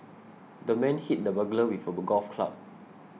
the man hit the burglar with a golf club